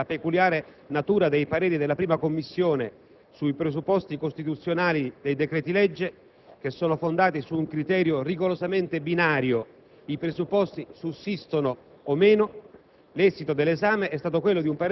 cosicché, in ragione della peculiare natura dei pareri della 1a Commissione sui presupposti costituzionali dei decreti-legge, che sono fondati su un criterio rigorosamente binario (i presupposti sussistono o meno),